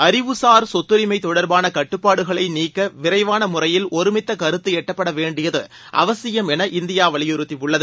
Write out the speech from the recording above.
அறிவு சார் சொத்தரிமை தொடர்பான கட்டுப்பாடுகளை நீக்க விரைவான முறையில் ஒருமித்த கருத்து எட்டப்பட வேண்டியது அவசியம் என்று இந்தியா வலியுறுத்தியுள்ளது